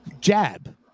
jab